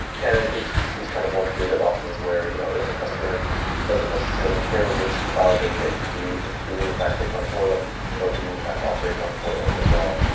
can include these kind of more creative options where you know if a customer doesn't necessarily care which cloud they pick, do we do we in fact pick one for them or do we in fact operate one for them as well?